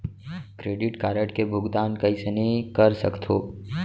Credit card के भुगतान कईसने कर सकथो?